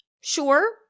sure